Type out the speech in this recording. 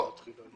אני